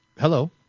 Hello